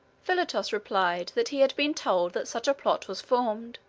philotas replied that he had been told that such a plot was formed,